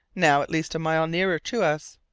now at least a mile nearer to us.